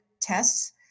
tests